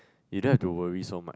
you don't have to worry so much